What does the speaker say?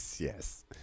yes